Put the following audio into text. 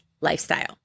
lifestyle